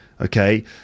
Okay